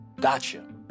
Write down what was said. gotcha